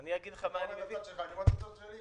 אתה מביא את הצד שלך, אני את הצד שלי.